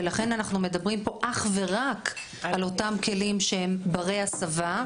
ולכן אנחנו מדברים פה אך ורק על אותם כלים שהם ברי הסבה,